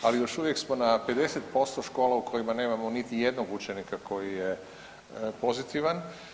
Ali još uvijek smo na 50% škola u kojima nemamo niti jednog učenika koji je pozitivan.